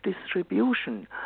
distribution